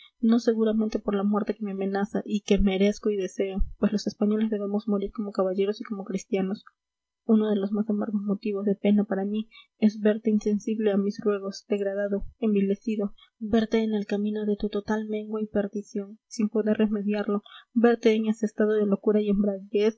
no seguramente por la muerte que me amenaza y que merezco y deseo pues los españoles debemos morir como caballeros y como cristianos uno de los más amargos motivos de pena para mí es verte insensible a mis ruegos degradado envilecido verte en el camino de tu total mengua y perdición sin poder remediarlo verte en ese estado de locura y